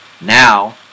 now